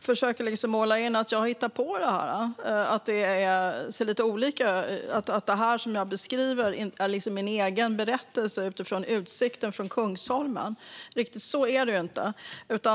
försöker få det att låta som om jag har hittat på detta och att det som jag beskriver är min egen berättelse utifrån utsikten från Kungsholmen. Riktigt så är det inte.